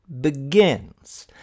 begins